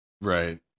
Right